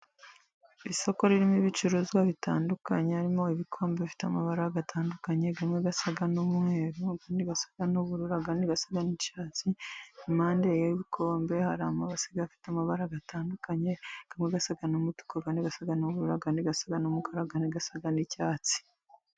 Isoko ririmo ibicuruzwa bitandukanye, harimo: ibikombe bifite amabara agatandukanye, amwe asa n'umweru, andi asa n'ubururu, ayandi asa n'icyatsi, impande yibikombe hari amabase afite amabara atandukanye, amwe asa n'umutuku, ayandi asa n'ubururu, ayandi asa n'umukara, ayandi asa n'icyatsi.